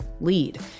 lead